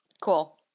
Cool